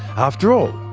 after all,